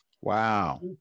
Wow